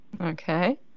Okay